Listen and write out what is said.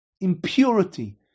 impurity